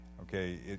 Okay